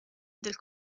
del